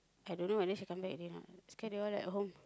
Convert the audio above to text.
I don't know whether she come back already not scared they all at home